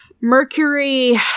Mercury